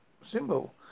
symbol